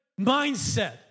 mindset